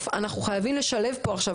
זה כבר עבר בקריאה ראשונה.